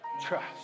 Trust